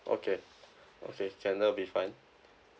okay okay can that'll be fine